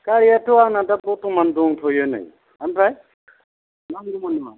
गारियाथ' आंना दा बर्थमान दंथ'यो नै ओमफ्राय नांगौमोन नामा